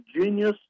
genius